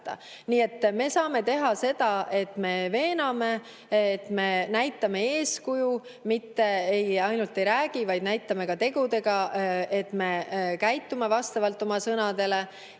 et me saame teha seda, et me veename, me näitame eeskuju. Mitte ainult ei räägi, vaid näitame ka tegudega, et me käitume vastavalt oma sõnadele.